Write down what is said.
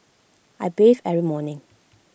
I bathe every morning